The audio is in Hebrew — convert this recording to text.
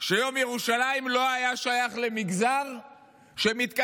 שיום ירושלים לא היה שייך למגזר שמתכנס